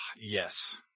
Yes